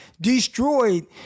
destroyed